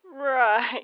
Right